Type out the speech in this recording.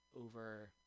over